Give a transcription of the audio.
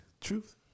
Truth